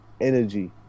energy